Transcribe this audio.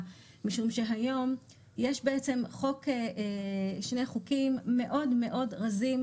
משום שהיום יש שני חוקים מאוד מאוד רזים,